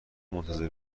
منتظر